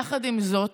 יחד עם זאת,